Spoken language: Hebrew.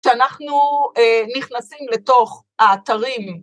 שאנחנו נכנסים לתוך האתרים.